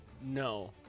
No